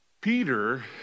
Peter